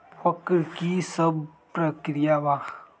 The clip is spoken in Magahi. वक्र कि शव प्रकिया वा?